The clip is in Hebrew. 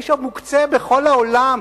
האיש המוקצה בכל העולם,